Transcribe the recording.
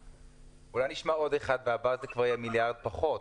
אולי נשמע עוד אחד והוא ידבר על מיליארד פחות.